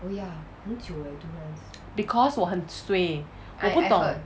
because 我很 suay 我不懂